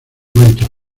manchas